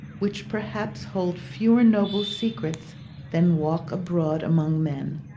which perhaps hold fewer noble secrets than walk abroad among men,